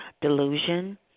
delusion